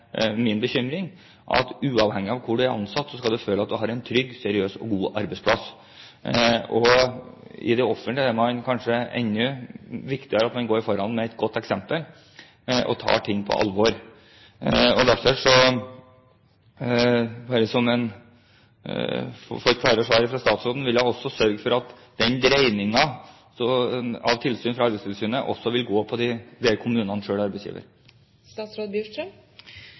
min bekymring. Uavhengig av hvor du er ansatt, skal du føle at du har en trygg, seriøs og god arbeidsplass. I det offentlige er det kanskje enda viktigere at man går foran med et godt eksempel og tar ting på alvor. Derfor vil jeg gjerne få et klarere svar fra statsråden på om hun også vil sørge for at den dreiningen av tilsyn fra Arbeidstilsynet også vil gjelde der kommunene